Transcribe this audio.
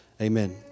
amen